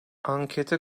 ankete